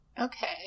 Okay